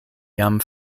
jam